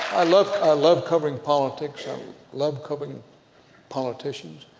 i love i love covering politics, i love covering politicians,